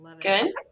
Good